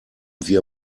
wir